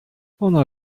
ona